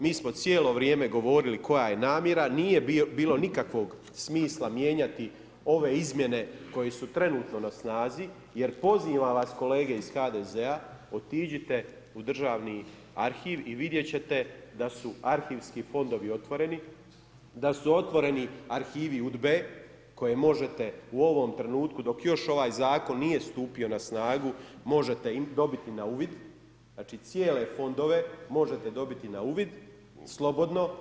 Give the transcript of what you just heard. Mi smo cijelo vrijeme govorili koja je namjera, nije bilo nikakvog smisla mijenjati ove izmjene koje su trenutno na snazi jer pozivam vas kolege iz HDZ-a otiđite u Državni arhiv i vidjet ćete da su arhivski fondovi otvoreni, da su otvoreni arhivi UDBA-e koje možete u ovom trenutku dok još ovaj zakon nije stupio na snagu možete dobiti na uvid cijele fondove možete dobiti na uvid, slobodno.